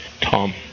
Tom